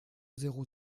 zéro